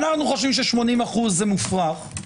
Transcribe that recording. אנו חושבים ש-80% זה מופרך,